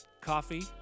coffee